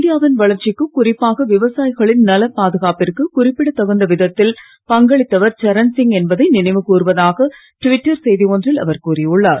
இந்தியாவின் வளர்ச்சிக்கு குறிப்பாக விவசாயிகளின் நலப் பாதுகாப்பிற்கு குறிப்பிடத்தகுந்த விதத்தில் பங்களித்தவர் சரண்சிங் என்பதை நினைவு கூர்வதாக டிவிட்டர் செய்தி ஒன்றில் அவர் கூறியுள்ளார்